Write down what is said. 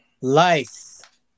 Life